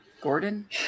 Gordon